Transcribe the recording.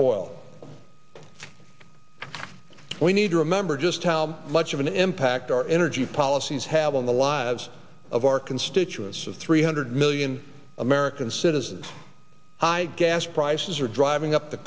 oil we need to remember just how much of an impact our energy policies have on the lives of our constituents of three hundred million american citizens high gas prices are driving up the